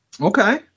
Okay